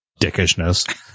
dickishness